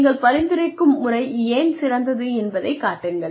நீங்கள் பரிந்துரைக்கும் முறை ஏன் சிறந்தது என்பதைக் காட்டுங்கள்